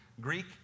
Greek